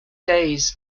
days